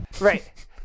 Right